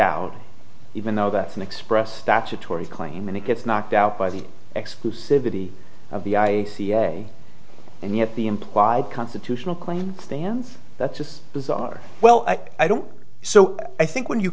out even though that's an express statutory claim and it gets knocked out by the exclusivity of the i ca and yet the implied constitutional claim stands that's just bizarre well i don't so i think when you